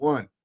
One